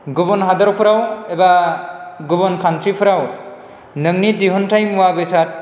गुबुन हादरफोराव एबा गुबुन खान्थ्रिफोराव नोंनि दिहुन्थाइ मुवा बेसाद